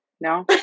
no